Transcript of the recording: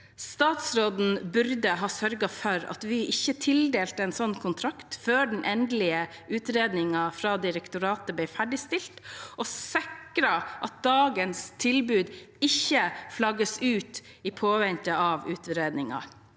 Statsråden burde sørget for at Vy ikke tildelte en slik kontrakt før den endelige utredningen fra direktoratet ble ferdigstilt, og sikret at dagens tilbud ikke flagges ut i påvente av utredningen.